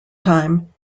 time